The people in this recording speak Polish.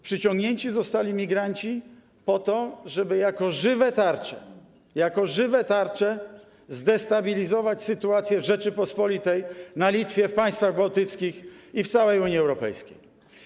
Przyciągnięci zostali migranci po to, żeby jako żywe tarcze zdestabilizować sytuację w Rzeczypospolitej, na Litwie, w państwach bałtyckich i w całej Unii Europejskiej.